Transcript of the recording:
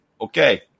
okay